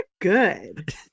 good